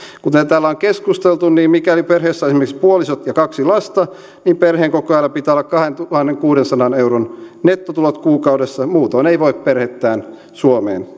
kuten täällä on keskusteltu niin mikäli perheessä on esimerkiksi puolisot ja kaksi lasta niin perheenkokoajalla pitää olla kahdentuhannenkuudensadan euron nettotulot kuukaudessa muutoin ei voi perhettään suomeen